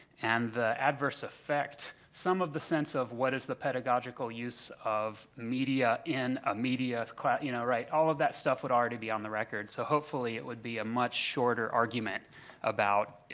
and the adverse effect, some of the sense of what is the pedagogical use of media in a media class, you know right, all of that stuff would already be on the record. so hopefully, it would be a much shorter argument about,